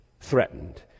threatened